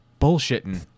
bullshitting